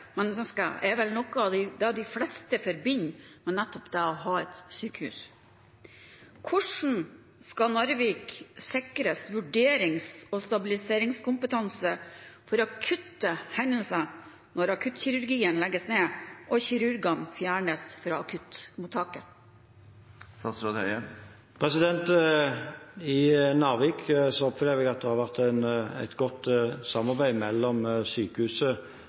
er vel noe av det de fleste forbinder med nettopp det å ha et sykehus. Hvordan skal Narvik sikres vurderings- og stabiliseringskompetanse for akutte hendelser når akuttkirurgien legges ned og kirurgene fjernes fra akuttmottaket? I Narvik opplever jeg at det har vært et godt samarbeid mellom sykehuset,